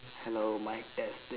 hello mic testing